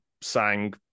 sang